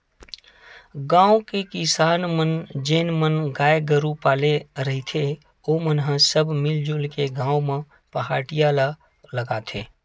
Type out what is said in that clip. गाँव के किसान मन जेन मन गाय गरु पाले रहिथे ओमन ह सब मिलजुल के गाँव म पहाटिया ल लगाथे